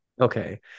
okay